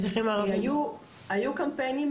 היו קמפיינים